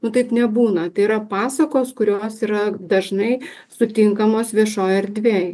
nu taip nebūna tai yra pasakos kurios yra dažnai sutinkamos viešoj erdvėj